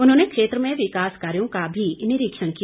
उन्होंने क्षेत्र में विकास कार्यों का भी निरीक्षण किया